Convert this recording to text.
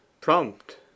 prompt